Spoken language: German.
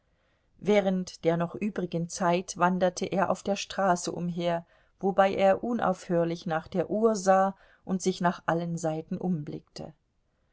während der noch übrigen zeit wanderte er auf der straße umher wobei er unaufhörlich nach der uhr sah und sich nach allen seiten umblickte